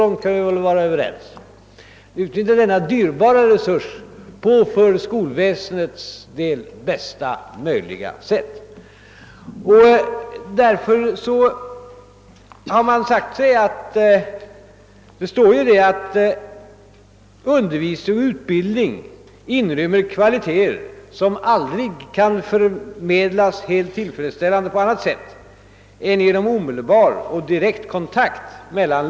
Och vi kan väl vara ense om att det är en dyrbar resurs som vi bör utnyttja på bästa sätt inom skolväsendet. Det står också i statsverkspropositionen att »undervisning och utbildning inrymmer kvaliteter, som aldrig kan förmedlas helt tillfredsställande på annat sätt än genom omedelbar och direkt kontakt mellan.